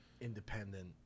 independent